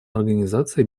организации